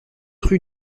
rue